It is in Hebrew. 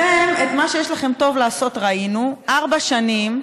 אתם, את מה שיש לכם טוב לעשות, ראינו ארבע שנים.